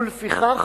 ולפיכך